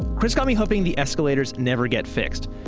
chris got me hoping the escalators never get fixed.